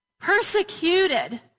persecuted